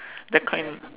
that kind